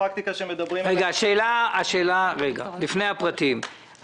פרקטיקה שמדברים על --- לפני הפרטים,